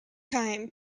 time